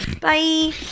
Bye